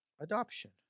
adoption